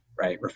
right